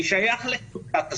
אני שייך לקבוצת הסיכון,